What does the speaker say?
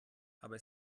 aber